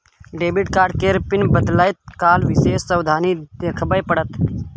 debit card केर PIN बदलैत काल विशेष सावाधनी देखाबे पड़त